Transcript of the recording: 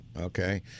okay